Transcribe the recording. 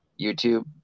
YouTube